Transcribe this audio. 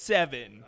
Seven